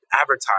advertise